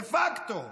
דה פקטו.